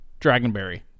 Dragonberry